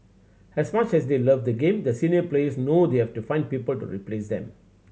as much as they love the game the senior players know they have to find people to replace them